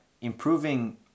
improving